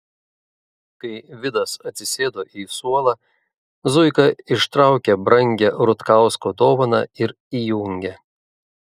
kai vidas atsisėdo į suolą zuika ištraukė brangią rutkausko dovaną ir įjungė